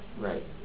Right